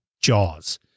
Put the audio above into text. jaws